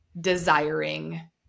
desiring